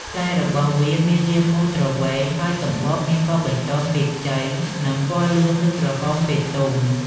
ផ្លែរបស់វាមានរាងមូលទ្រវែង ហើយសម្បកមានពណ៌បៃតងពេលខ្ចី និងពណ៌លឿងឬក្រហមពេលទុំ។